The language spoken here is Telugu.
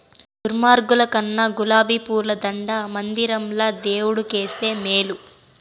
దుర్మార్గుల కన్నా గులాబీ పూల దండ మందిరంల దేవుడు కేస్తే మేలు